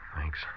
Thanks